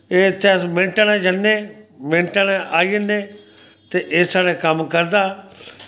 एह् इत्थें अस मिन्टै नै जन्ने मिन्टै नै आई जन्ने ते एह् साढ़े कम्म करदा